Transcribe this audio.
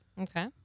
Okay